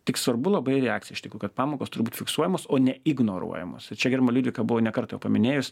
tik svarbu labai reakcija iš tikro kad pamokos turi būt fiksuojamos o ne ignoruojamos ir čia gerbiama liudvika buvo ne kartą jau paminėjus